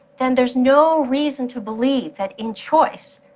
then there's no reason to believe that in choice,